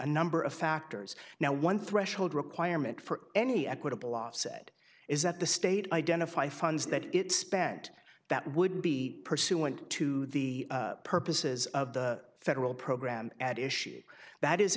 a number of factors now one threshold requirement for any equitable off said is that the state identify funds that it spent that would be pursuant to the purposes of the federal program at issue that is